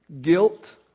Guilt